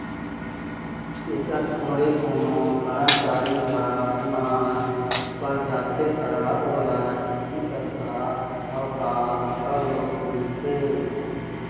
एखर छोड़े कोनो करमचारी ह बिमार पर जाथे त ओला चिकित्सा अवकास घलोक मिलथे